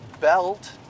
belt